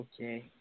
Okay